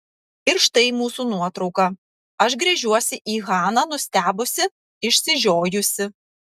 ir štai mūsų nuotrauka aš gręžiuosi į haną nustebusi išsižiojusi